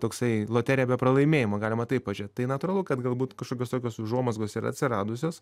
toksai loterija be pralaimėjimo galima taip pažiūrėt tai natūralu kad galbūt kažkokios tokios užuomazgos yra atsiradusios